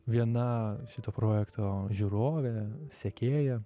viena šito projekto žiūrovė sekėja